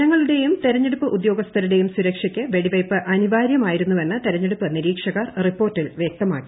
ജനങ്ങളുടേയും തെരഞ്ഞെടുപ്പ് ഉദ്യോഗസ്ഥരുടേയും സുരക്ഷയ്ക്ക് വെടിവയ്പ് അനിവാര്യമായിരു ന്നുവെന്ന് തെരഞ്ഞെടുപ്പ് നിരീക്ഷകർ റിപ്പോർട്ടിൽ വൃക്തമാക്കി